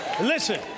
Listen